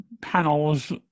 panels